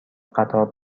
قطار